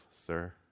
sir